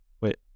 Wait